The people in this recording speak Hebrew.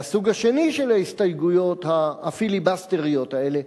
והסוג השני של ההסתייגויות הפיליבסטריות האלה,